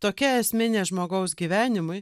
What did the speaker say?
tokia esminė žmogaus gyvenimui